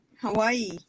Hawaii